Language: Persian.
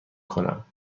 کنم